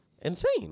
insane